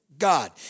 God